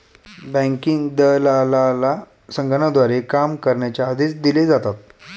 banking दलालाला संगणकाद्वारे काम करण्याचे आदेश दिले जातात